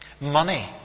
money